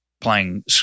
playing